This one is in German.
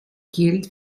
gilt